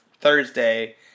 thursday